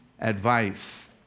advice